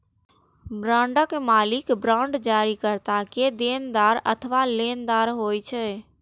बांडक मालिक बांड जारीकर्ता के देनदार अथवा लेनदार होइ छै